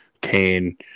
Kane